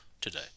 today